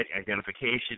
identification